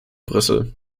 brüssel